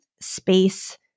space